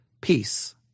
peace